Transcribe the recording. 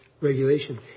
regulation